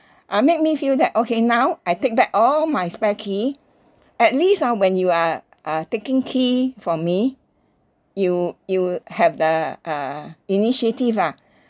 uh make me feel that okay now I take back all my spare key at least ah when you are uh taking key from me you you have the err initiative ah